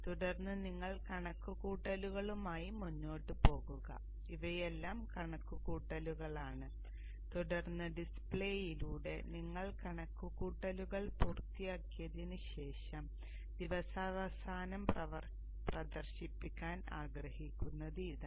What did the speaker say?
തുടർന്ന് നിങ്ങൾ കണക്കുകൂട്ടലുകളുമായി മുന്നോട്ട് പോകുക ഇവയെല്ലാം കണക്കുകൂട്ടലുകളാണ് തുടർന്ന് ഡിസ്പ്ലേയിലൂടെ നിങ്ങൾ കണക്കുകൂട്ടൽ പൂർത്തിയാക്കിയതിന് ശേഷം ദിവസാവസാനം പ്രദർശിപ്പിക്കാൻ ആഗ്രഹിക്കുന്നത് ഇതാണ്